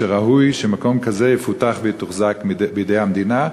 שראוי שמקום כזה יפותח ויתוחזק בידי המדינה,